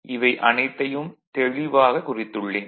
இவை அனைத்தையும் தெளிவாக குறித்துள்ளேன்